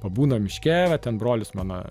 pabūna miške va ten brolis mano